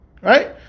Right